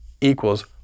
equals